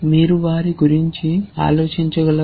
మీరు వారి గురించి ఆలోచించగలరా